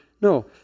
No